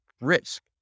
risk